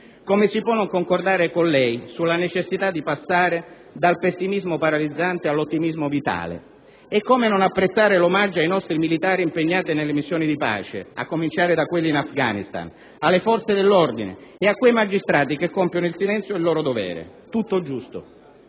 come si può non concordare con lei sulla necessità di passare dal pessimismo paralizzante all'ottimismo vitale e come non apprezzare l'omaggio ai nostri militari impegnati nelle missioni di pace, a cominciare da quelli in Afghanistan, alle forze dell'ordine e a quei magistrati che compiono in silenzio il loro dovere? Tutto giusto.